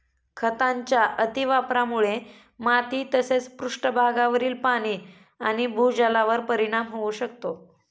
खतांच्या अतिवापरामुळे माती तसेच पृष्ठभागावरील पाणी आणि भूजलावर परिणाम होऊ शकतो